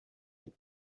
êtes